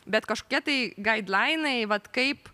bet kažkokie tai gaidlainai vat kaip